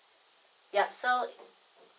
ya so it